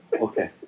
okay